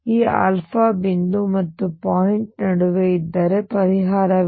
ಈ ಬಿಂದು ಮತ್ತು ಪಾಯಿಂಟ್ ನಡುವೆ ಇದ್ದರೆ ಪರಿಹಾರವಿದೆ